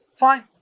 Fine